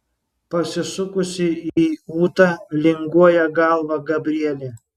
pasisukusi į ūtą linguoja galvą gabrielė